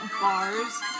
bars